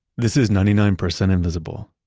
this is ninety nine percent invisible.